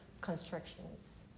constructions